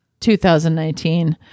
2019